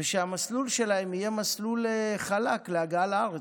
שהמסלול שלהם יהיה מסלול חלק להגעה לארץ.